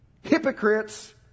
hypocrites